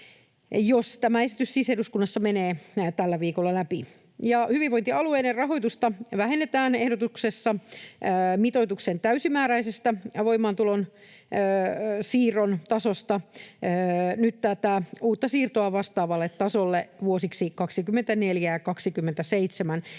jos tämä esitys siis eduskunnassa menee tällä viikolla läpi. Hyvinvointialueiden rahoitusta vähennetään ehdotuksessa mitoituksen täysimääräisestä voimaantulon siirron tasosta nyt tätä uutta siirtoa vastaavalle tasolle vuosiksi 24—27,